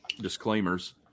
disclaimers